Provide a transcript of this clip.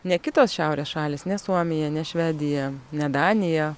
ne kitos šiaurės šalys suomija švedija net danija